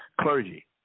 clergy